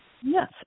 Yes